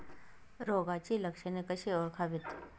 रोगाची लक्षणे कशी ओळखावीत?